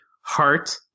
heart